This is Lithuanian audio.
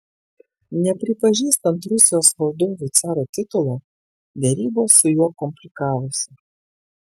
nepripažįstant rusijos valdovui caro titulo derybos su juo komplikavosi